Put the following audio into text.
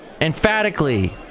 emphatically